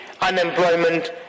unemployment